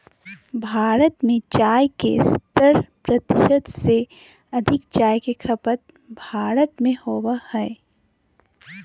भारत में चाय के सत्तर प्रतिशत से अधिक चाय के खपत भारत में होबो हइ